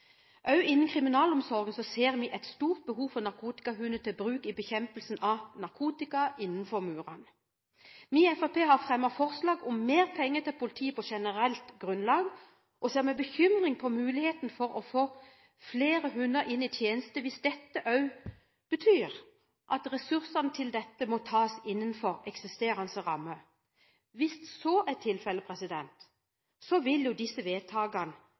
ser vi et stort behov for narkotikahunder til bruk i bekjempelsen av narkotika innenfor murene. Vi i Fremskrittspartiet har fremmet forslag om mer penger til politi på generelt grunnlag og ser med bekymring på muligheten for å få flere hunder inn i tjeneste, hvis det betyr at ressursene til dette må tas innenfor eksisterende ramme. Hvis så er tilfellet, vil jo disse vedtakene